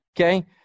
okay